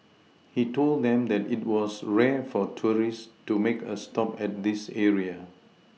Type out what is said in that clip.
he told them that it was rare for tourists to make a stop at this area